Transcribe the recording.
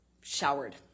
showered